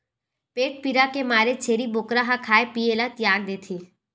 पेट पीरा के मारे छेरी बोकरा ह खाए पिए ल तियाग देथे